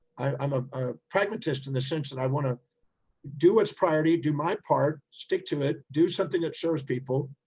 i'm a pragmatist in the sense that i want to do what's priority. do my part, stick to it, do something that serves people,